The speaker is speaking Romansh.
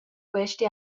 questa